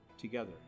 together